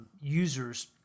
users